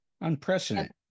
Unprecedented